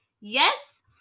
Yes